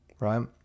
right